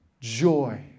joy